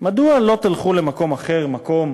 מדוע לא תלכו למקום אחר, מקום